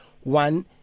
one